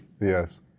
Yes